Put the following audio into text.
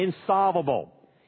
insolvable